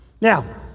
Now